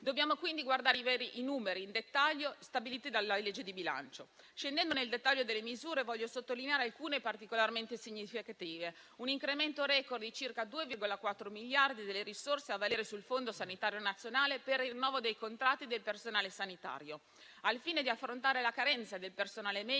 Dobbiamo quindi guardare i veri numeri in dettaglio, stabiliti dalla legge di bilancio. Scendendo nel dettaglio delle misure, voglio sottolinearne alcune poiché particolarmente significative: l'incremento *record* di circa 2,4 miliardi delle risorse a valere sul Fondo sanitario nazionale per il rinnovo dei contratti del personale sanitario, al fine di affrontare la carenza del personale medico